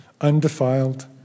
undefiled